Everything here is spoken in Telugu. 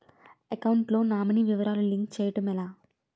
అకౌంట్ లో నామినీ వివరాలు లింక్ చేయటం ఎలా?